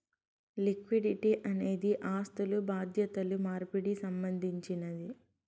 liquidity అనేది ఆస్థులు బాధ్యతలు మార్పిడికి సంబంధించినది